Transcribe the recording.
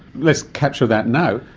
let's capture that now.